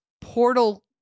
portal